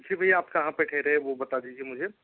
जी भैया आप कहाँ पे ठहरे हैं वो बता दीजिए मुझे